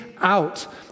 out